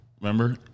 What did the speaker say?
Remember